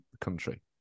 country